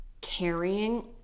carrying